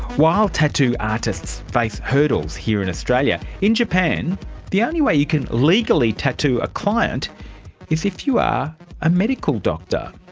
while tattoo artists face hurdles here in australia, in japan the only way you can legally tattoo a client is if you are ah medical doctor.